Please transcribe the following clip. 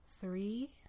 three